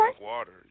water